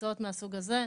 מקצועות מהסוג הזה.